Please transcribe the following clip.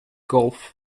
golf